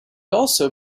also